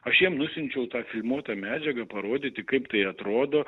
aš jiem nusiunčiau tą filmuotą medžiagą parodyti kaip tai atrodo